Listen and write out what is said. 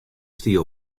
stie